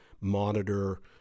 monitor